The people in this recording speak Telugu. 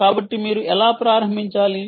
కాబట్టి మీరు ఎలా ప్రారంభించాలి